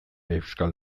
euskal